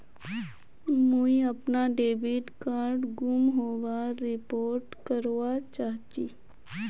मुई अपना debit card गूम होबार रिपोर्ट करवा चहची